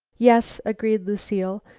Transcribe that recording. yes, agreed lucile.